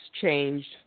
changed